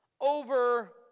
over